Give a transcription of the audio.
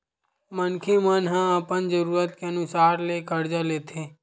मनखे मन ह अपन जरूरत के अनुसार ले करजा लेथे